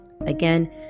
Again